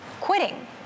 quitting